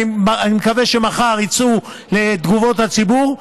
אני מקווה שמחר יצאו לתגובות לציבור,